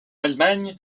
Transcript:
allemagne